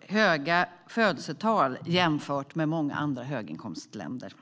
höga födelsetal jämfört med många andra höginkomstländer.